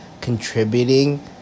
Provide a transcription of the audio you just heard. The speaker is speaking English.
contributing